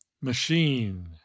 Machine